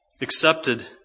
accepted